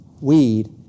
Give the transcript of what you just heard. weed